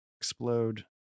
explode